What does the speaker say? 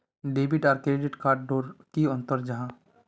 Debit आर credit card डोट की अंतर जाहा?